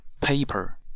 paper